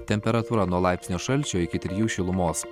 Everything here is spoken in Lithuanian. temperatūra nuo laipsnio šalčio iki trijų šilumos